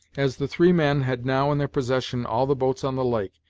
as the three men had now in their possession all the boats on the lake,